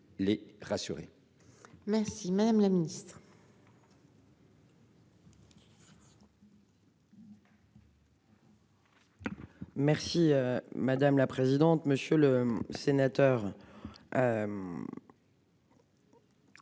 Merci madame la présidente, monsieur le sénateur.